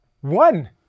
One